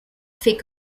fait